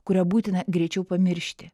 kurią būtina greičiau pamiršti